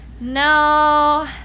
No